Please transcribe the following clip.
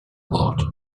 board